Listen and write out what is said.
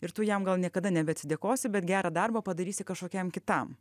ir tu jam gal niekada nebe atsidėkosi bet gerą darbą padarysi kažkokiam kitam